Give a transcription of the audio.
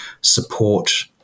support